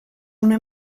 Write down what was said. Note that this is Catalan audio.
una